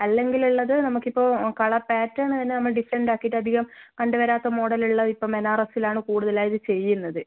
അല്ലെങ്കിലുള്ളത് നമുക്കിപ്പോൾ colour pattern വരുന്ന നമ്മൾ ഡിഫറൻറ് ആക്കിയിട്ട് അധികം കണ്ട് വരാത്ത മോഡൽ ഉള്ള ഇപ്പം ബനാറസിലാണ് കൂടുതലായി ഇത് ചെയ്യുന്നത്